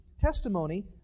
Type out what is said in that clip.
testimony